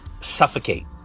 suffocate